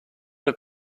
have